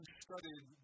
studied